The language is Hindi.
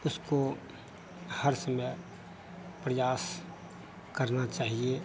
उसको हर समय प्रयास करना चाहिए